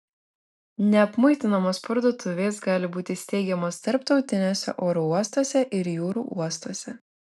neapmuitinamos parduotuvės gali būti steigiamos tarptautiniuose oro uostuose ir jūrų uostuose